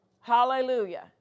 Hallelujah